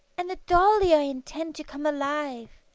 and the dolly i intend to come alive